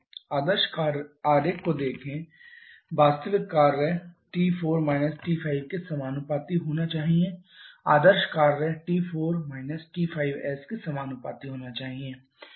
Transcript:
आरेख को देखें वास्तविक कार्य T4 −T5 के समानुपाती होना चाहिए आदर्श कार्य T4 − T5s के समानुपाती होना चाहिए